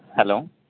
hello